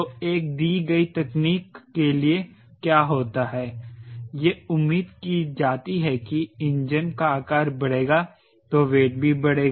तो एक दी गई तकनीक के लिए क्या होता है यह उम्मीद की जाती है कि इंजन का आकार बढ़ेगा तो वेट भी बढ़ेगा